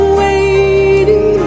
waiting